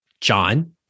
John